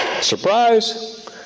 Surprise